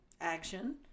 Action